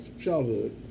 childhood